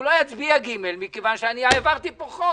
הוא לא יצביע ג' מכיוון שאני העברתי פה חוק,